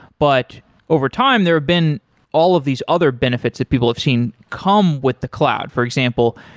but over time, there have been all of these other benefits that people have seen come with the cloud. for example,